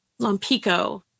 Lompico